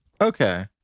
Okay